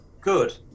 good